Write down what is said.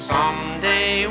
Someday